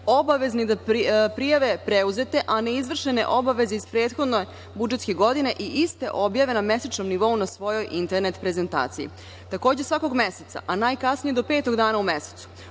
obavezni da prijave preuzete, a ne izvršene obaveze iz prethodne budžetske godine i iste objave na mesečnom nivou na svojoj internet prezentaciji. Takođe, svakog meseca, a najkasnije do petog dana u tekućem